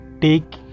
take